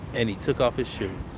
and he took off his shoes